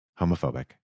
homophobic